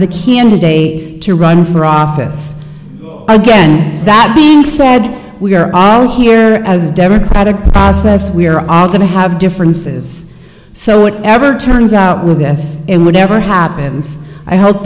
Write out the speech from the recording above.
the candidate to run for office again that being said we are all here as a democratic process we are all going to have differences so whatever turns out with this and whatever happens i hope